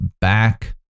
back